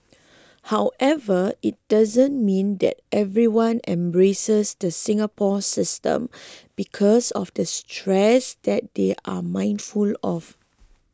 however it doesn't mean that everybody embraces the Singapore system because of the stress that they are mindful of